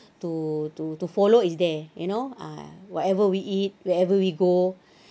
to to to follow is there you know ah whatever we eat wherever we go